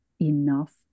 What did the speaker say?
enough